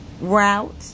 route